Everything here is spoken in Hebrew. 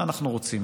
מה אנחנו רוצים,